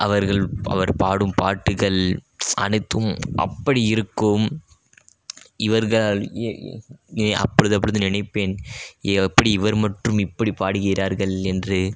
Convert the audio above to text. அவர்கள் அவர் பாடும் பாட்டுகள் அனைத்தும் அப்படி இருக்கும் இவர்கள் அப்பொழுது அப்பொழுது நினைப்பேன் எப்படி இவர் மட்டும் இப்படி பாடுகிறார்கள் என்று